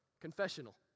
Confessional